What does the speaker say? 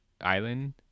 island